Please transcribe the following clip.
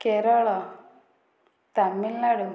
Kerala Tamil Nadu